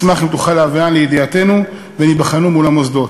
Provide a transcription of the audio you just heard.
אשמח אם תוכל להביאן לידיעתנו והן ייבחנו אל מול המוסדות.